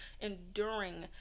enduring